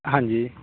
ਹਾਂਜੀ